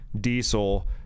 diesel